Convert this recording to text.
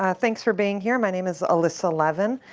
ah thanks for being here. my name is alyssa levon.